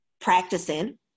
practicing